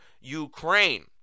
Ukraine